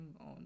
on